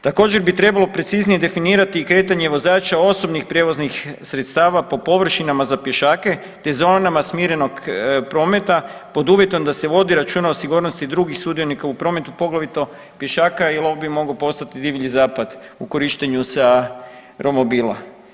Također bi trebalo preciznije definirati i kretanje vozača osobnih prijevoznih sredstava po površinama za pješake, te zonama smirenog prometa pod uvjetom da se vodi računa o sigurnosti drugih sudionika u prometu poglavito pješaka, jer ovo bi mogao postati divlji zapad u korištenju sa romobila.